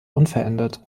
unverändert